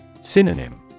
Synonym